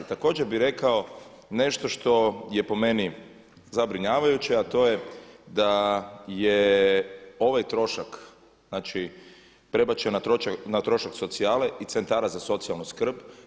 Također bi rekao nešto što je po meni zabrinjavajuće, a to je da je ovaj trošak znači prebačen na trošak socijale i centara za socijalnu skrb.